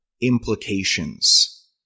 implications